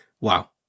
Wow